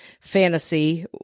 fantasy